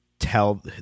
tell